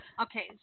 Okay